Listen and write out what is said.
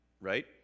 right